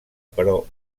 però